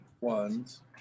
ones